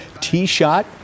T-shot